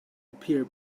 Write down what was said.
appear